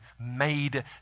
made